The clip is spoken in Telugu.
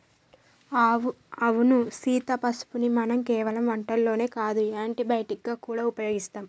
అవును సీత పసుపుని మనం కేవలం వంటల్లోనే కాదు యాంటీ బయటిక్ గా గూడా ఉపయోగిస్తాం